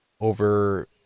over